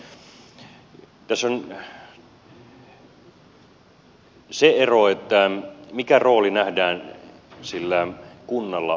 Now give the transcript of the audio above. tässä on se ero että mikä rooli nähdään sillä kunnalla olevan